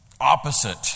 opposite